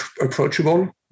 approachable